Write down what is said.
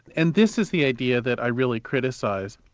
and this is the idea that i really criticise.